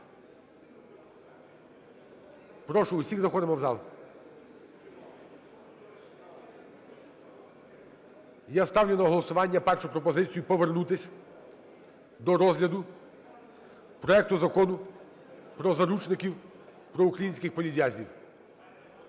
Прошу всіх, заходимо в зал. Я ставлю на голосування першу пропозицію: повернутись до розгляду проекту Закону про заручників, про українських політв'язнів.